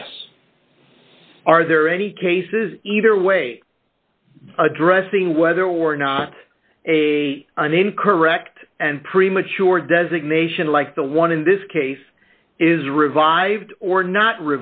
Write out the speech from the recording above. yes are there any cases either way addressing whether or not a an incorrect and premature designation like the one in this case is revived or not